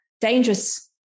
dangerous